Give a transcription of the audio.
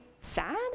sad